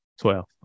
Twelve